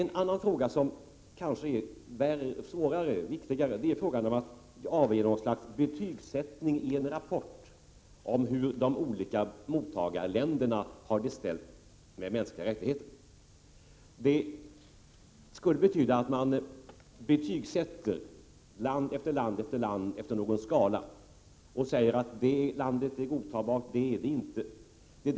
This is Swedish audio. För det andra — och det är en svårare och viktigare fråga — vill Margaretha af Ugglas att vi skall ge oss in på något slags betygsättning av hur de olika mottagarländerna har det ställt med mänskliga rättigheter. Det skulle betyda att man betygsätter land efter land efter någon skala och säger att det ena landet är godtagbart och det andra inte.